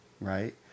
Right